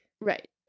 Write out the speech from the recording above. right